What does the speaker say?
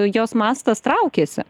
jos mastas traukėsi